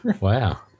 Wow